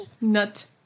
Nut